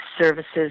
services